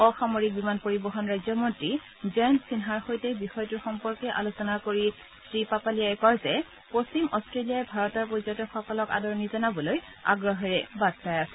অসামৰিক বিমান পৰিবহন ৰাজ্যমন্ত্ৰী জয়ন্ত সিনহাৰ সৈতে বিষয়টোৰ সম্পৰ্কে আলোচনা কৰি শ্ৰীপাপালীয়াই কয় যে পশ্চিম অট্টেলিয়াই ভাৰতৰ পৰ্যটকসকলক আদৰণি জনাবলৈ আগ্ৰহেৰে বাট চাই আছে